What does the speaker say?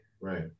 Right